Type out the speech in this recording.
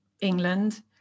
England